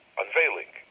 unveiling